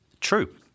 true